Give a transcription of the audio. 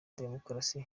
demokarasi